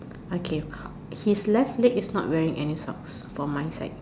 okay his left leg is not wearing any socks for my side